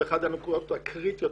זה אחד הנושאים הקריטיים.